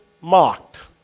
mocked